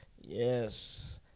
Yes